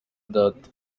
data